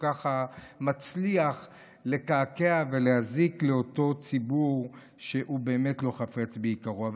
ככה מצליח לקעקע ולהזיק לאותו ציבור שהוא באמת לא חפץ ביקרו.